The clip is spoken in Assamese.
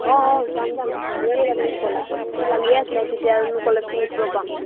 অঁ অঁ যাম যাম ভালেই হ'ল তুমি কলা মোৰতো লাগিয়ে আছিলে কেতিয়ানো কলেজখন দেখিব পাম